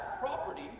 property